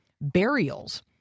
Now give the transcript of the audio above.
burials